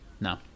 No